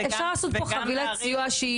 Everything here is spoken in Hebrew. אפשר לעשות פה חבילת סיוע.